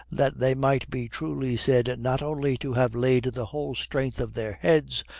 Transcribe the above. that they might be truly said not only to have laid the whole strength of their heads,